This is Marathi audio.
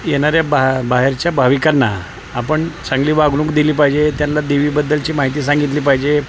येणाऱ्या बा बाहेरच्या भाविकांना आपण चांगली वागणूक दिली पाहिजे त्यांना देवीबद्दलची माहिती सांगितली पाहिजे